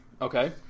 Okay